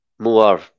More